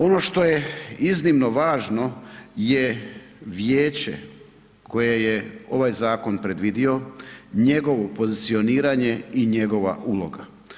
Ono što je zinimo važno je vijeće koje je ovaj zakon predvidio, njegovo pozicioniranje i njegova uloga.